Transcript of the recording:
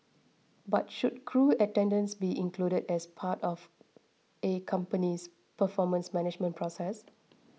but should crew attendance be included as part of A company's performance management process